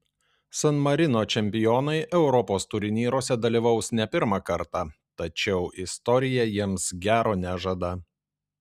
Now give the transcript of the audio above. san marino čempionai europos turnyruose dalyvaus ne pirmą kartą tačiau istorija jiems gero nežada